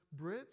Brits